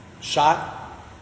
shot